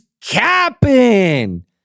capping